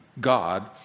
God